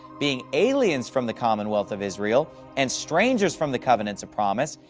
being aliens from the commonwealth of israel, and strangers from the covenants of promise,